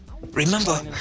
Remember